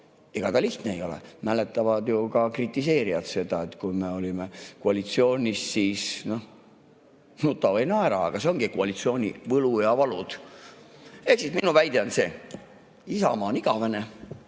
Ega lihtne ei ole. Mäletavad ju ka kritiseerijad seda, et kui me olime koalitsioonis, siis nuta või naera, aga need ongi koalitsiooni võlu ja valud. Ehk siis minu väide on see. Isamaa on igavene.